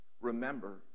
remember